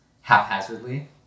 haphazardly